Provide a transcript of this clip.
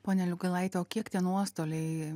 ponia liugailaite o kiek tie nuostoliai